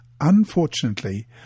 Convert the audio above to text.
Unfortunately